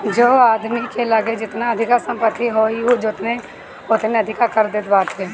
जे आदमी के लगे जेतना अधिका संपत्ति होई उ ओतने अधिका कर देत बाटे